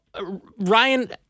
Ryan